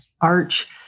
arch